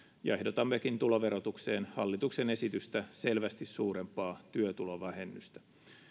ja ehdotammekin tuloverotukseen hallituksen esitystä selvästi suurempaa työtulovähennystä